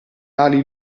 ali